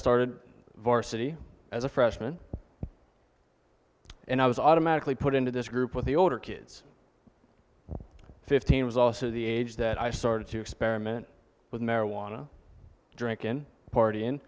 started varsity as a freshman and i was automatically put into this group with the older kids fifteen was also the age that i started to experiment with marijuana drink and party in